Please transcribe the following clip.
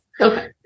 Okay